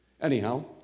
Anyhow